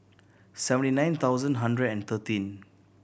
seventy nine thousand hundred and thirteen